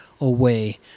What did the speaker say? away